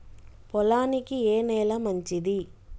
పొలానికి ఏ నేల మంచిది?